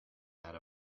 that